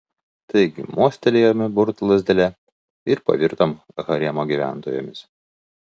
taigi mostelėjome burtų lazdele ir pavirtom haremo gyventojomis